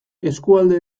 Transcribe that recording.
eskualde